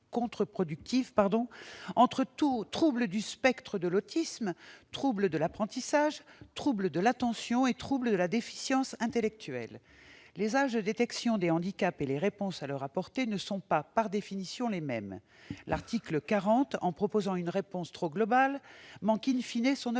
contre-productive entre troubles relevant du spectre de l'autisme, troubles de l'apprentissage, troubles de l'attention et troubles liés à la déficience intellectuelle. Les âges de détection des handicaps et les réponses à leur apporter ne sont pas, par définition, les mêmes. L'article 40, en prévoyant une réponse trop globale, manque son objectif.